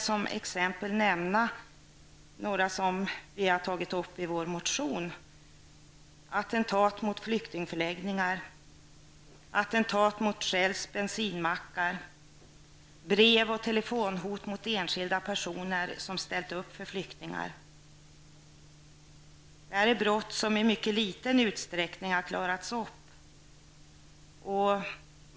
Som exempel vill jag nämna de brott som vi tagit upp i vår motion: attentat mot flyktingförläggningar och Shells bensinmackar, brev och telefonhot mot enskilda personer som ställt upp för flyktingar. Det är brott som i mycket liten utsträckning klarats upp.